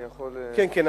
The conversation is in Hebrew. אני יכול, כן, כן.